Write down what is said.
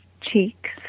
cheeks